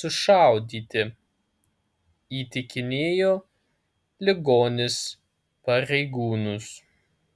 sušaudyti įtikinėjo ligonis pareigūnus